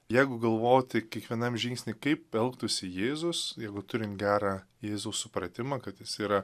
jeigu galvot tai kiekvienam žingsny kaip elgtųsi jėzus jeigu turim gerą jėzaus supratimą kad jis yra